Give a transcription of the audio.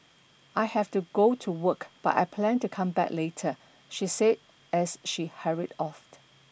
I have to go to work but I plan to come back later she said as she hurried off